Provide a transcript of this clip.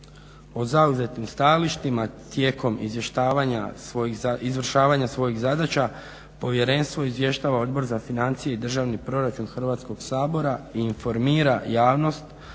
O zauzetim stajalištima tijekom izvršavanja svojih zadaća povjerenstvo izvještava Odbor za financije i državni proračun Hrvatskog sabora i informira javnost